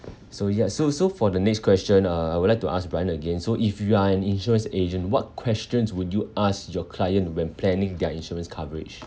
so ya so so for the next question uh I would like to ask brian again so if you're an insurance agent what questions would you ask your client when planning their insurance coverage